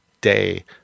day